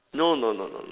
no no no no